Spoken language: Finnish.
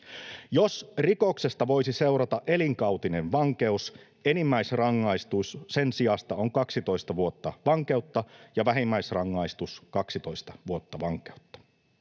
Jos rikoksesta voisi seurata elinkautinen vankeus, enimmäisrangaistus sen sijasta on kaksitoista vuotta vankeutta ja vähimmäisrangaistus kaksi vuotta vankeutta.